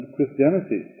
Christianity